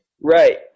Right